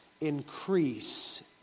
Increase